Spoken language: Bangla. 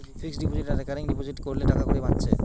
ফিক্সড ডিপোজিট আর রেকারিং ডিপোজিট কোরলে টাকাকড়ি বাঁচছে